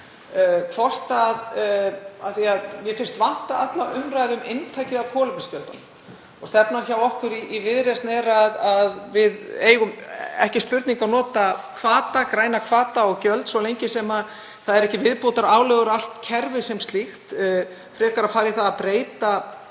Mér finnst vanta alla umræðu um inntakið á kolefnisgjöldum. Stefnan hjá okkur í Viðreisn er að við eigum, ekki spurning, að nota hvata, græna hvata og gjöld svo lengi sem það eru ekki viðbótarálögur á allt kerfið sem slíkt, frekar að fara í það að breyta